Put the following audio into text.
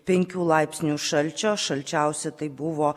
penkių laipsnių šalčio šalčiausia tai buvo